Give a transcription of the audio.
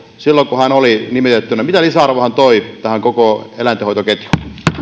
silloin kun hän oli nimitettynä mitä lisäarvoa hän toi tähän koko eläintenhoitoketjuun